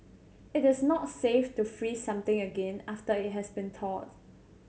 it is not safe to freeze something again after it has been thawed